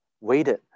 waited